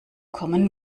kommen